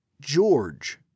George